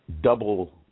double